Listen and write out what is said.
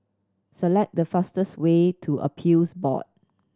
select the fastest way to Appeals Board